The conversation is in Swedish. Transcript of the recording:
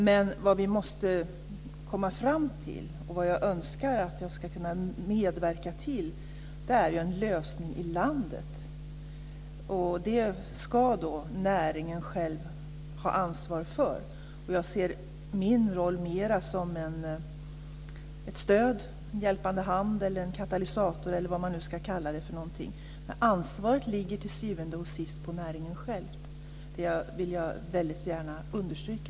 Men vad vi måste komma fram till och vad jag önskar att jag ska kunna medverka till är en lösning i landet. Det ska näringen själv ha ansvar för. Jag ser min roll mer som ett stöd, en hjälpande hand, en katalysator eller vad man nu ska kalla det för. Ansvaret ligger till syvende och sist på näringen själv. Det vill jag gärna understryka.